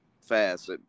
fast